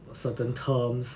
certain terms